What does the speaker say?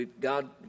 God